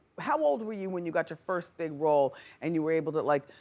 how old were you when you got your first big role and you were able to like